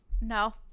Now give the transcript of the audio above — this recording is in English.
No